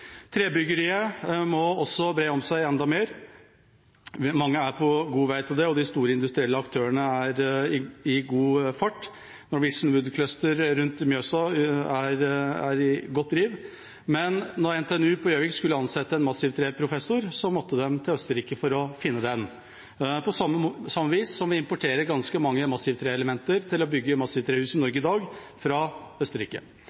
Trebyggeriet må også bre om seg enda mer. Mange er på god vei til det, og de store industrielle aktørene er i full gang. Norwegian Wood Cluster rundt Mjøsa er i godt driv, men da NTNU på Gjøvik skulle ansette en professor innen massivtre, måtte de til Østerrike for å finne ham, på samme vis som vi importerer ganske mange massivtreelementer til å bygge massivtrehus i Norge fra Østerrike.